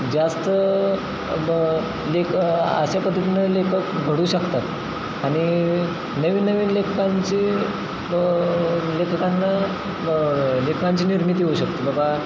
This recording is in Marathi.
जास्त ब लेख अशा पद्धतीने लेखक घडू शकतात आणि नवीन नवीन लेखाकांंचे लेखकांना लेखांची निर्मिती होऊ शकते बाबा